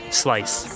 slice